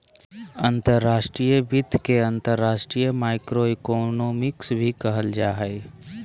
अंतर्राष्ट्रीय वित्त के अंतर्राष्ट्रीय माइक्रोइकोनॉमिक्स भी कहल जा हय